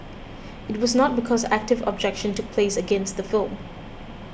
it was not because active objection took place against the film